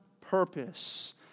purpose